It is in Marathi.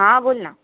हा बोल ना